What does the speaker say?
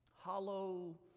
hollow